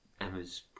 Emma's